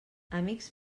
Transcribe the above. amics